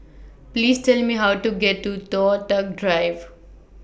Please Tell Me How to get to Toh Tuck Drive